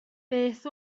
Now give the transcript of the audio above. beth